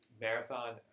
marathon